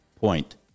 Point